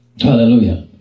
Hallelujah